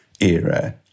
era